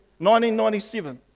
1997